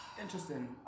Interesting